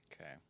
okay